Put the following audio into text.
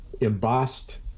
embossed